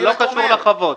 זה לא קשור לחוות.